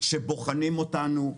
שבוחנות אותנו.